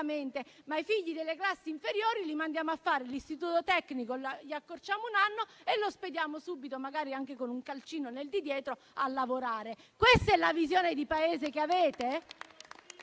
i figli delle classi inferiori li mandiamo a fare l'istituto tecnico, gli accorciamo un anno e li spediamo subito, magari anche con un calcio nel didietro, a lavorare. Questa è la visione di Paese che avete?